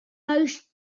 most